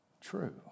true